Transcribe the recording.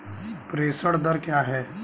प्रेषण दर क्या है?